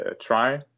Try